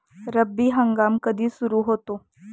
रब्बी हंगाम कधी सुरू होतो?